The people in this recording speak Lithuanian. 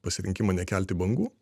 pasirinkimą nekelti bangų